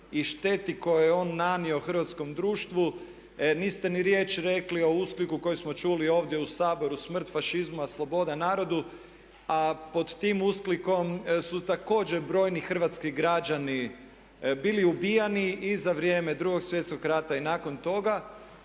i šteti koju je on nanio Hrvatskom društvu. Niste ni riječi rekli o uskliku koji smo čuli ovdje u Saboru "Smrt fašizmu a sloboda narodu" a pod tim usklikom su također brojni hrvatski građani bili ubijani i za vrijeme Drugog svjetskog rata i nakon toga